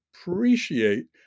appreciate